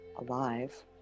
alive